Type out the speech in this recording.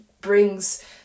brings